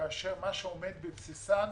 כשמה שעומד בבסיסן,